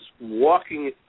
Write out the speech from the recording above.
walking